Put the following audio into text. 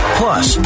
plus